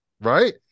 right